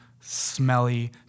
smelly